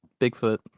Bigfoot